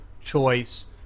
choice